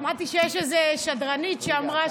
שמעתי שיש איזו שדרנית שאמרה